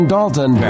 Dalton